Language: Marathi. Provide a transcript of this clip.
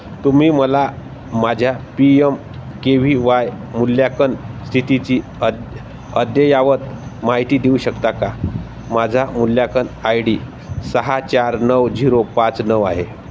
तुम्ही मला माझ्या P M K V Y मूल्यांकन स्थितीची अ अद्ययावत माहिती देऊ शकता का माझा मूल्यांकन आय डी सहा चार नऊ झिरो पाच नऊ आहे